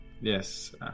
Yes